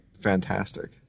fantastic